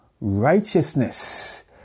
righteousness